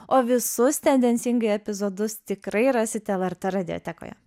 o visus tendencingai epizodus tikrai rasite lrt radiotekoje